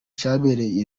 cyabereye